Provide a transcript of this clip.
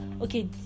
okay